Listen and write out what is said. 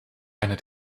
einer